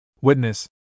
Witness